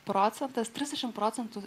procentas trisdešimt procentų